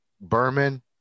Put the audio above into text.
Berman